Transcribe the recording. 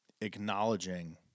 acknowledging